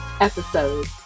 episode